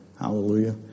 Hallelujah